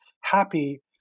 happy